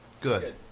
Good